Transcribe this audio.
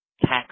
Tax